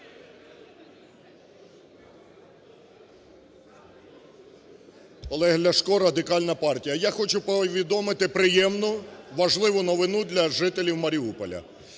Олег Ляшко, Радикальна партія. Я хочу повідомити приємну, важливу новину для жителів Маріуполя.